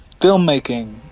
filmmaking